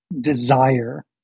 desire